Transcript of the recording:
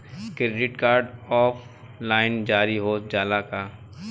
Credit card online जारी हो जाला का?